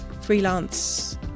freelance